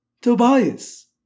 Tobias